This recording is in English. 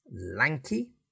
lanky